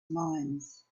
minds